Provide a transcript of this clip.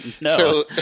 No